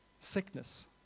sickness